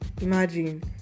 imagine